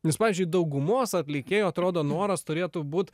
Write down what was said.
nes pavyzdžiui daugumos atlikėjų atrodo noras turėtų būt